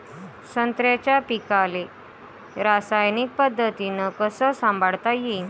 संत्र्याच्या पीकाले रासायनिक पद्धतीनं कस संभाळता येईन?